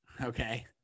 okay